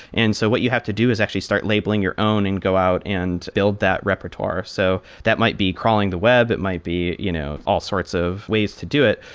and so what you have to do is actually start labeling your own and go out and build that repertoire. so that might be crawling the web. it might be you know all sorts of ways to do it.